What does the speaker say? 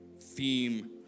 theme